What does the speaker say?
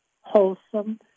wholesome